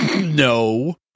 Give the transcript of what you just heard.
No